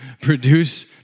produce